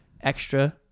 extra